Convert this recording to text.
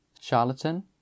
Charlatan